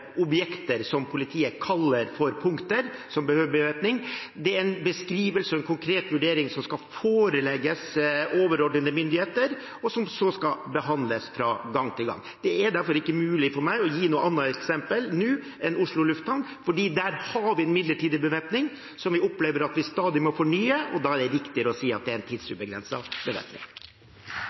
objekter som politiet kaller for punkter, som behøver bevæpning, det er en beskrivelse og en konkret vurdering som skal forelegges overordnede myndigheter, og som så skal behandles fra gang til gang. Det er derfor ikke mulig for meg nå å gi noe annet eksempel enn Oslo lufthavn, fordi der har vi en midlertidig bevæpning som vi opplever at vi stadig må fornye, og da er det riktigere å si at det er en